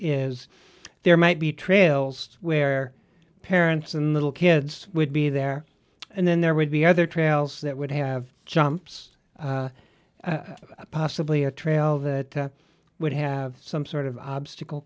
is there might be trails where parents and little kids would be there and then there would be other trails that would have jumps possibly a trail that would have some sort of obstacle